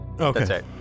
Okay